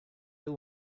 all